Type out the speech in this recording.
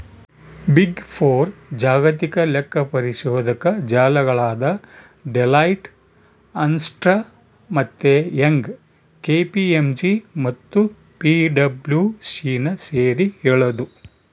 big four ಜಾಗತಿಕ ಲೆಕ್ಕಪರಿಶೋಧಕ ಜಾಲಗಳಾದ ಡೆಲಾಯ್ಟ್, ಅರ್ನ್ಸ್ಟ್ ಮತ್ತೆ ಯಂಗ್, ಕೆ.ಪಿ.ಎಂ.ಜಿ ಮತ್ತು ಪಿಡಬ್ಲ್ಯೂಸಿನ ಸೇರಿ ಹೇಳದು